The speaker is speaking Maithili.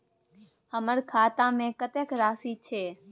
हमर खाता में कतेक राशि छै?